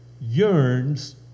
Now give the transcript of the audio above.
yearns